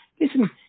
listen